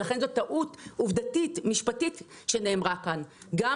ולכן זאת טעות עובדתית משפטית שנאמרה כאן גם